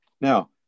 Now